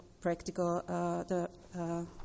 practical